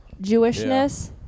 Jewishness